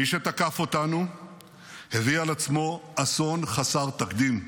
מי שתקף אותנו הביא על עצמו אסון חסר תקדים.